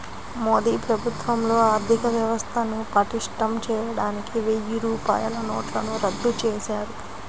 మోదీ ప్రభుత్వంలో ఆర్ధికవ్యవస్థను పటిష్టం చేయడానికి వెయ్యి రూపాయల నోట్లను రద్దు చేశారు